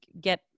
get